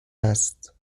است